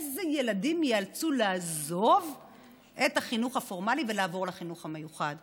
איזה ילדים ייאלצו לעזוב את החינוך הפורמלי ולעבור לחינוך המיוחד?